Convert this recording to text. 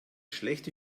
schlechte